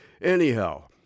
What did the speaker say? Anyhow